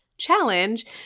challenge